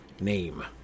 name